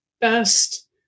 best